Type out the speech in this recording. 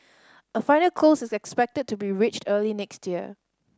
a final close is expected to be reached early next year